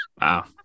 Wow